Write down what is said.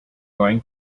going